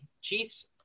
Chiefs